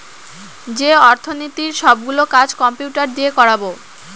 যে অর্থনীতির সব গুলো কাজ কম্পিউটার দিয়ে করাবো